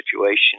situation